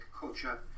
culture